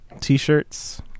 t-shirts